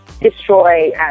destroy